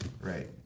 right